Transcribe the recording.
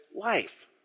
life